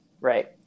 Right